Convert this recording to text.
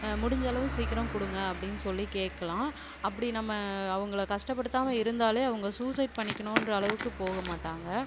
முடிஞ்ச அளவு சீக்கரம் கொடுங்க அப்படின்னு சொல்லி கேட்கலாம் அப்படி நம்ம அவங்கள கஷ்டப்படுத்தாம இருந்தால் அவங்க சூசைட் பண்ணிக்கணுன்ற அளவுக்கு போகமாட்டாங்க